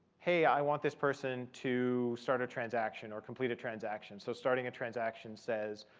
hey, i want this person to start a transaction or complete a transaction. so starting a transaction says,